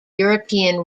european